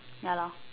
ya lor